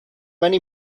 many